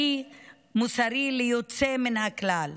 והמוסרי, ליוצא מן הכלל.